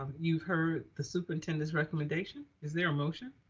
um you've heard the superintendent's recommendation. is there a motion?